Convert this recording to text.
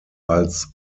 als